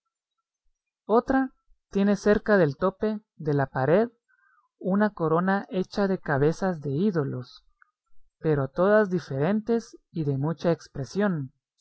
otra tiene cerca del tope de la pared una corona hecha de cabezas de ídolos pero todas diferentes y de mucha expresión